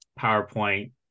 PowerPoint